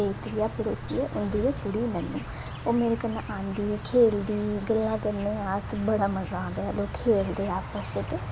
ते त्रीआ पड़ोसी ऐ उंदी गै कुड़ी नन्नू ओह् मेरे कन्नै आंदी खेलदी गल्लां करने अस बड़ा मज़ा आंदा जैल्लू खेलदे आपस च ते